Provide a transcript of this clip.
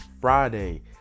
Friday